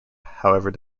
however